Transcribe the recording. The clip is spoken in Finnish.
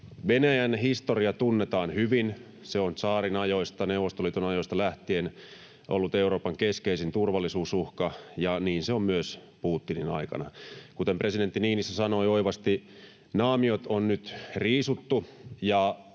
Venäjän historia tunnetaan hyvin: se on tsaarin ajoista, Neuvostoliiton ajoista lähtien ollut Euroopan keskeisin turvallisuusuhka, ja niin se on myös Putinin aikana. Kuten presidentti Niinistö sanoi oivasti, naamiot on nyt riisuttu,